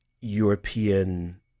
European